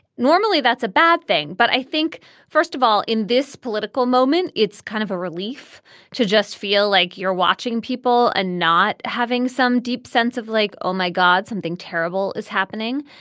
normally that's a bad thing. but i think first of all in this political moment it's kind of a relief to just feel like you're watching people and not having some deep sense of like oh my god something terrible is happening.